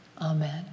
Amen